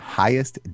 highest